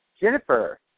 Jennifer